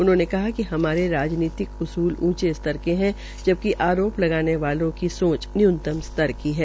उन्होंने कहा कि हमारे रा नीतिक असुल ऊंचे स्तर के है बकि आरोप लगाने वालों की सोच न्यूनतम स्तर की है